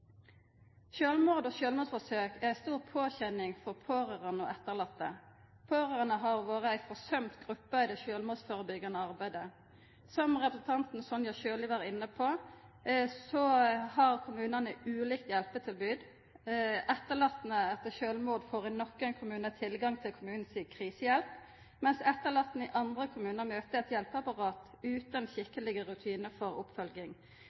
Sjølvmord og sjølvmordsforsøk er ei stor påkjenning for pårørande og etterlatne. Pårørande har vore ei forsømd gruppe i det sjølvmordsførebyggjande arbeidet. Som representanten Sonja Sjøli var inne på, har kommunane ulikt hjelpetilbod. Etterlatne etter sjølvmord får i nokre kommunar tilgang til kommunen si krisehjelp, mens etterlatne i andre kommunar møter eit hjelpeapparat utan skikkelege rutinar for oppfølging.